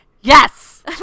Yes